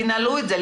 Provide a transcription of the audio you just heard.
תנעלו את זה.